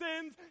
sins